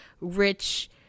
rich